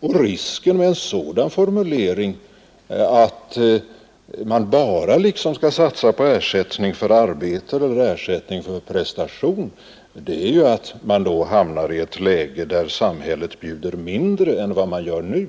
Risken med en sådan formulering — att man liksom bara skulle satsa på ersättning för arbete eller ersättning för prestation — är att man då kan hamna i ett läge där samhället bjuder mindre än nu.